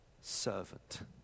servant